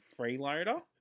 freeloader